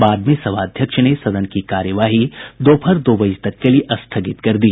बाद में सभा अध्यक्ष ने सदन की कार्यवाही दोपहर दो बजे तक के लिए स्थगित कर दी